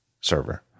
server